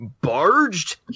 barged